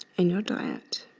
in your diet.